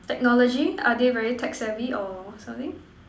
technology are they very tech savvy or something